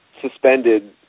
suspended